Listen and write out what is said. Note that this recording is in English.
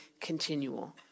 continual